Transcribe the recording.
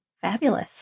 Fabulous